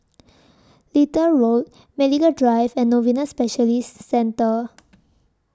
Little Road Medical Drive and Novena Specialists Centre